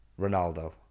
Ronaldo